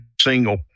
single